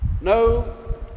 no